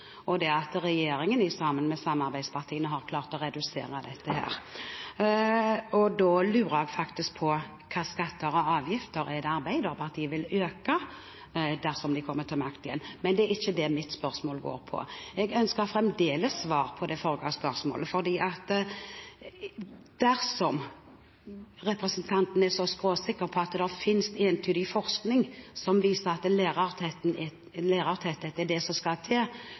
og det at regjeringen, sammen med samarbeidspartiene, har klart å redusere dette, og da lurer jeg på hvilke skatter og avgifter Arbeiderpartiet vil øke dersom de kommer til makten igjen. Men det er ikke det mitt spørsmål går på. Jeg ønsker fremdeles svar på det forrige spørsmålet, for dersom representanten er så skråsikker på at det finnes entydig forskning som viser at lærertetthet er det som skal til,